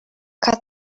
cut